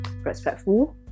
respectful